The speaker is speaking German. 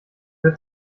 wir